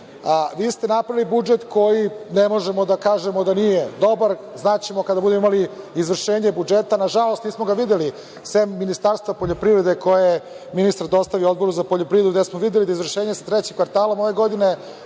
ste napravili budžet koji ne možemo da kažemo da nije dobar, ali znaćemo kada budemo imali izvršenje budžeta. Nažalost, nismo ga videli, sem Ministarstva poljoprivrede, koji je ministar dostavio Odboru za poljoprivredu, gde smo videli da izvršenje s trećeg kvartala ove godine